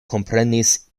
komprenis